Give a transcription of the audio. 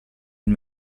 and